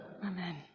Amen